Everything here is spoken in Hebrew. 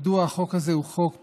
מדוע החוק הזה הוא חוק פסול.